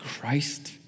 Christ